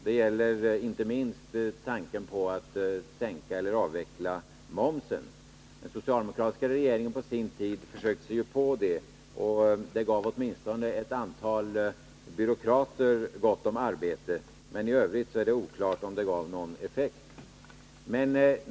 Det gäller inte minst tanken på att sänka eller avveckla momsen. På sin tid försökte sig ju den socialdemokratiska regeringen på detta. Det gav åtminstone ett antal byråkrater mycket arbete. I Övrigt är det oklart, om det hade någon effekt.